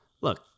Look